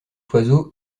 oiseau